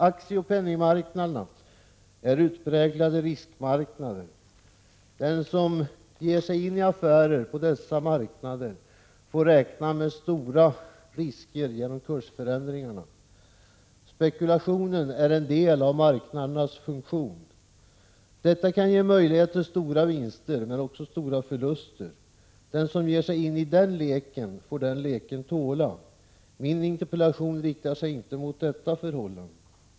Aktieoch penningmarknaderna är utpräglade riskmarknader. Den som ger sig in i affärer på dessa marknader får räkna med stora risker genom kursförändringarna. Spekulationen är en del av dessa marknaders funktion. Detta kan ge stora vinster men också stora förluster. Den som ger sig in i den leken får den leken tåla. Min interpellation riktar sig inte mot detta förhållande.